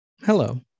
Hello